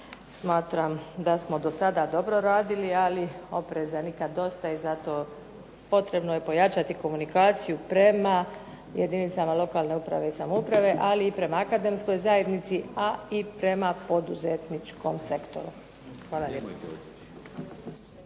smatram da smo do sada dobro radili, ali opreza nikad dosta i zato potrebno je pojačati komunikaciju prema jedinicama lokalne uprave i samouprave, ali i prema akademskoj zajednici, a i prema poduzetničkom sektoru. Hvala